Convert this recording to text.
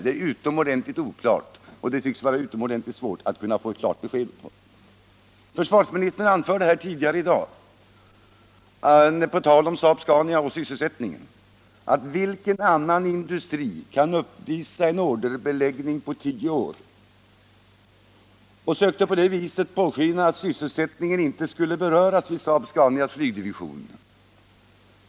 Det är utomordentligt oklart, och det tycks vara utomordentligt svårt att få ett klart besked. Försvarsministern frågade tidigare i dag på tal om Saab-Scania och sysselsättningen där: Vilken annan industri kan uppvisa en orderbeläggning för tio år framåt? Han ville på det viset låta påskina att sysselsättningen vid Saab-Scanias flygdivision inte skulle beröras.